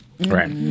Right